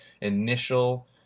initial